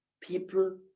people